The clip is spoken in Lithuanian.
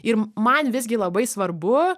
ir man visgi labai svarbu